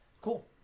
cool